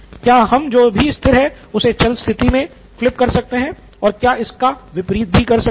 क्या हम जो भी स्थिर है उसे चल स्थिति मे फ्लिप कर सकते हैं और क्या इसका विपरीत भी कर सकते हैं